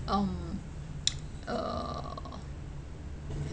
um uh